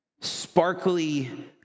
sparkly